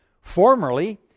Formerly